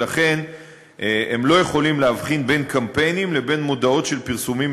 ולכן הם לא יכולים להבחין בין קמפיינים לבין מודעות של פרסומים